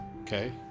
Okay